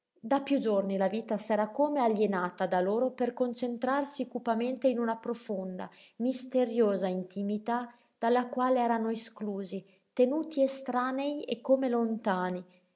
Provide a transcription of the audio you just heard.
da piú giorni la vita s'era come alienata da loro per concentrarsi cupamente in una profonda misteriosa intimità dalla quale erano esclusi tenuti estranei e come lontani